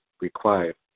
required